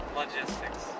logistics